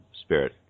spirit